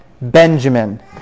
Benjamin